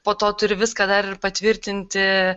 po to turi viską dar ir patvirtinti